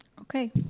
Okay